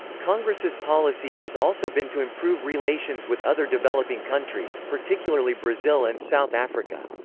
congress' policy has also been to improve relations with other developing countries, particularly brazil and south africa.